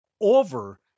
over